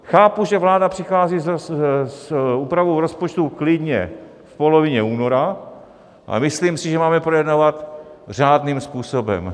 Chápu, že vláda přichází s úpravou rozpočtu klidně v polovině února, ale myslím si, že máme projednávat řádným způsobem.